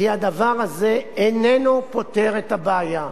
כי הדבר הזה איננו פותר את הבעיה,